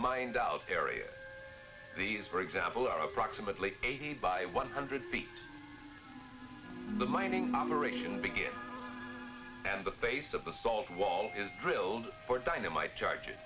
mind out area these for example are approximately eighty by one hundred feet the mining operation begins and the face of the salt wall is drilled for dynamite charges